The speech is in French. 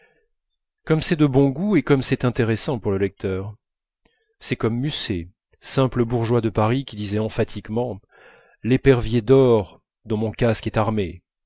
comme c'est de bon goût et comme c'est intéressant pour le lecteur c'est comme musset simple bourgeois de paris qui disait emphatiquement l'épervier d'or dont mon casque est armé